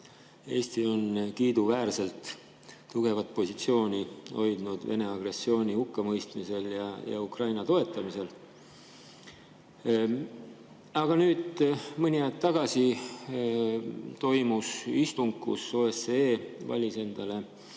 Eesti on kiiduväärselt tugevat positsiooni hoidnud Vene agressiooni hukkamõistmisel ja Ukraina toetamisel. Aga nüüd, mõni aeg tagasi toimus istung, kus OSCE valis endale